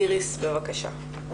איריס בבקשה.